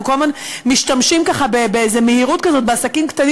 אנחנו כל הזמן משתמשים במהירות כזאת בעסקים קטנים